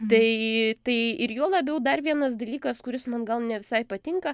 tai tai ir juo labiau dar vienas dalykas kuris man gal ne visai patinka